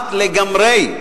כמעט לגמרי,